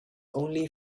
only